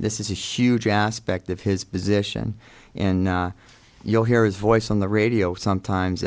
this is a huge aspect of his position and you hear his voice on the radio sometimes